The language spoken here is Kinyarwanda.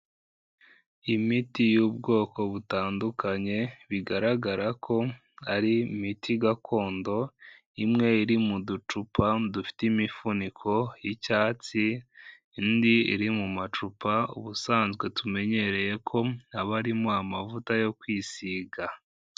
Imiti y'ubwoko butandukanye bigaragara ko ari imiti gakondo, imwe iri mu ducupa dufite imifuniko y'icyatsi, indi iri mu macupa ubusanzwe tumenyereye ko aba arimo amavuta yo kwisiga.